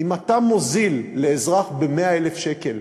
אם אתה מוזיל את הקרקע לאזרח ב-100,000 שקל,